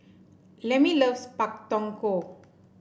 Lemmie loves Pak Thong Ko